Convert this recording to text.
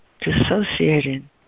dissociating